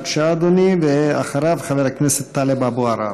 בבקשה, אדוני, ואחריו, חבר הכנסת טלב אבו עראר.